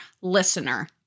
listener